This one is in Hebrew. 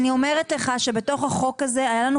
אני אומרת לך שבתוך החוק הזה היה לנו